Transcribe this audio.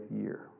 year